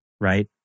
right